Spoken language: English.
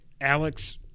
Alex